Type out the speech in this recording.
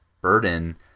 burden